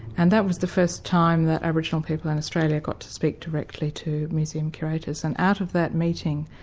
and that was the first time that aboriginal people in australia got to speak directly to museum curators. and out of that meeting,